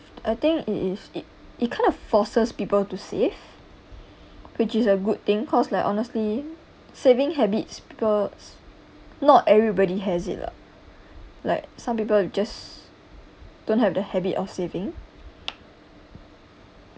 I think it is it it kind of forces people to save which is a good thing because like honestly saving habits because not everybody has it lah like some people just don't have the habit of saving